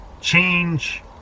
Change